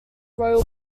royal